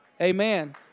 Amen